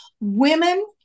women